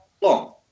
long